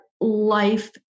life